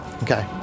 Okay